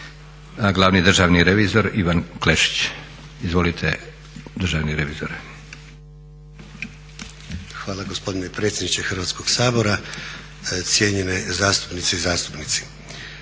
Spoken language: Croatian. glavni državni revizor Ivan Klešić. Izvolite državni revizore. **Klešić, Ivan** Hvala gospodine predsjedniče Hrvatskog sabora, cijenjene zastupnice i zastupnici.